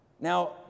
Now